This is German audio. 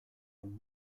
und